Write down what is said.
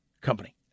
company